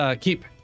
keep